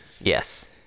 yes